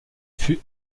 fut